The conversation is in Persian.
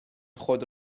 خود